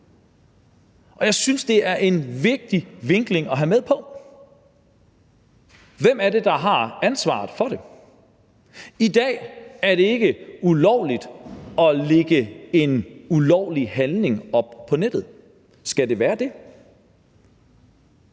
og jeg synes, det er en vigtig vinkling at have med: Hvem er det, der har ansvaret for det? I dag er det ikke ulovligt at lægge en ulovlig handling op på nettet. Skal det være det?